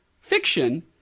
fiction